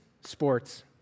sports